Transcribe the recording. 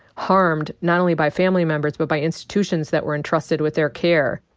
harmed not only by family members but by institutions that were entrusted with their care.